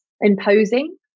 imposing